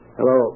Hello